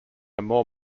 more